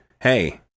hey